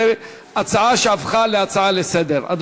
זאת הייתה הצעת חוק שהפכה להצעה לסדר-היום.